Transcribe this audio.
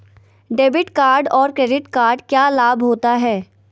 Debit card और credit card क्या लाभ होता है?